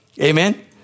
Amen